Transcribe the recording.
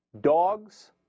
dogs